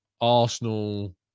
Arsenal